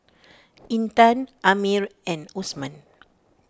Intan Ammir and Osman